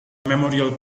memorial